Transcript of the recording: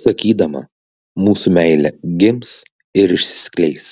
sakydama mūsų meilė gims ir išsiskleis